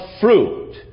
fruit